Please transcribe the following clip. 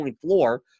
floor